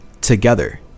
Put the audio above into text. together